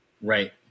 Right